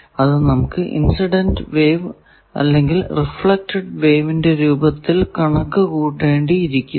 അത് നമുക്ക് incident wave അല്ലെങ്കിൽ റിഫ്ലെക്ടഡ് വേവിന്റെ രൂപത്തിൽ കണക്കു കൂട്ടേണ്ടിയിരിക്കുന്നു